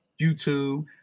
YouTube